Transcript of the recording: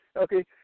Okay